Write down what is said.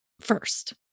first